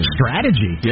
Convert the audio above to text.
strategy